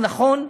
הוא נכון,